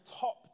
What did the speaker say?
top